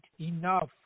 enough